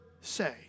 say